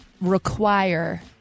require